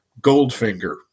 Goldfinger